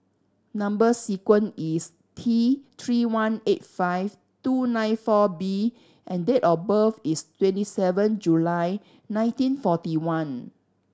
number sequence is T Three one eight five two nine four B and date of birth is twenty seven July nineteen forty one